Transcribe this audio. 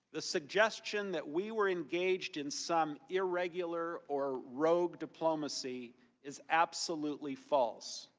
the suggestion that we were engaged in some irregular or rogue diplomacy is absolutely false.